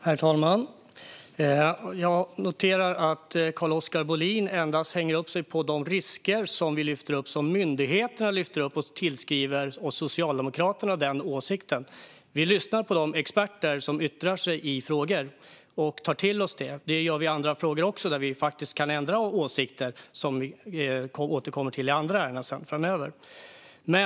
Herr talman! Jag noterar att Carl-Oskar Bohlin hänger upp sig på de risker som både vi och myndigheterna lyfter fram och tillskriver oss socialdemokrater dessa åsikter. Vi lyssnar på de experter som yttrar sig i olika frågor och tar till oss vad de säger. Det gör vi i andra frågor också. Vi kan faktiskt ändra åsikt, vilket vi återkommer till i andra ärenden framöver.